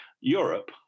Europe